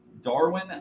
Darwin